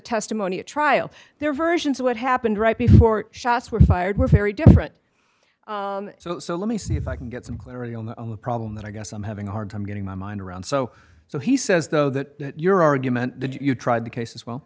testimony at trial their versions of what happened right before shots were fired were very different so let me see if i can get some clarity on the problem that i guess i'm having a hard time getting my mind around so so he says though that your argument that you tried the case as well